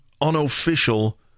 unofficial